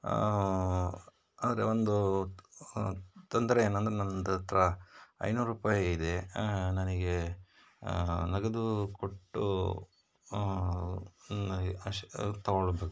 ಆದರೆ ಒಂದು ತೊಂದರೆ ಏನಂದರೆ ನನ್ನ ಹತ್ರ ಐನೂರು ರೂಪಾಯಿ ಇದೆ ನನಗೆ ನಗದು ಕೊಟ್ಟು ತಗೊಳ್ಬೇಕು